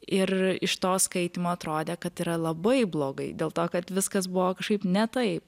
ir iš to skaitymo atrodė kad yra labai blogai dėl to kad viskas buvo kažkaip ne taip